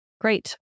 Great